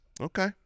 Okay